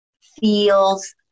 feels